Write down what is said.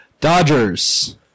Dodgers